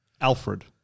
Alfred